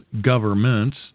governments